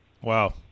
Wow